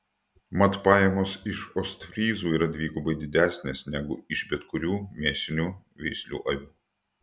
mat pajamos iš ostfryzų yra dvigubai didesnės negu iš bet kurių mėsinių veislių avių